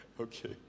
Okay